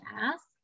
ask